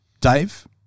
Dave